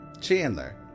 Chandler